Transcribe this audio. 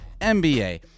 NBA